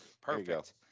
Perfect